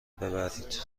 ببرید